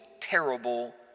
terrible